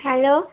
hello